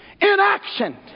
inaction